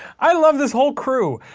i love this whole crew.